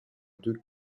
deux